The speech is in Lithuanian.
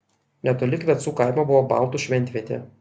netoli kvecų kaimo buvo baltų šventvietė